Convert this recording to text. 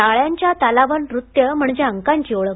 टाळ्यांचा तालावर नृत्य म्हणजे अंकांची ओळख